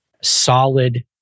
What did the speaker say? solid